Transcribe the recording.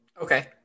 Okay